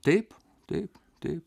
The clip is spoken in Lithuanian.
taip taip taip